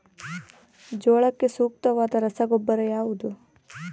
ಜೋಳಕ್ಕೆ ಸೂಕ್ತವಾದ ರಸಗೊಬ್ಬರ ಯಾವುದು?